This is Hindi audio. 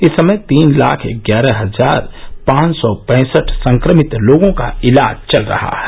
इस समय तीन लाख ग्यारह हजार पांच सौ पैंसठ संक्रमित लोगों का इलाज चल रहा है